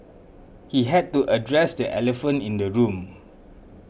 he had to address the elephant in the room